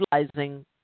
utilizing